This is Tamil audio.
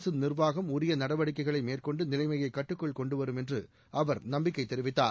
அரசு நிர்வாகம் உரிய நடவடிக்கைகளை மேற்கொன்டு நிலைஎம்பை கட்டுக்குள் கொண்டுவரும் என்று அவர் நம்பிக்கை தெரிவித்தார்